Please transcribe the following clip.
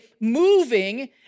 moving